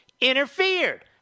interfered